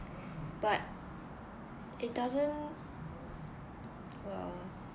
but it doesn't uh